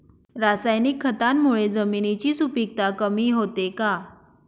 रासायनिक खतांमुळे जमिनीची सुपिकता कमी होते का?